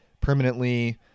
permanently